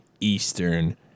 eastern